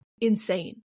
insane